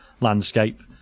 landscape